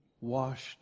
washed